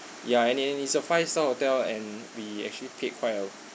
ya and and it's a five star hotel and we actually pick quite a